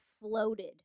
floated